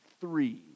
three